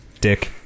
dick